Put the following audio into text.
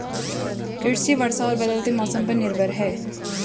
कृषि वर्षा और बदलते मौसम पर निर्भर है